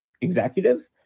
executive